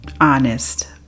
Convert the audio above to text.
honest